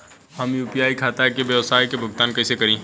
हम यू.पी.आई खाता से व्यावसाय के भुगतान कइसे करि?